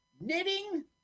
Knitting